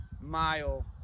mile